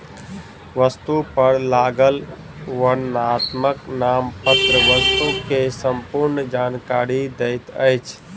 वस्तु पर लागल वर्णनात्मक नामपत्र वस्तु के संपूर्ण जानकारी दैत अछि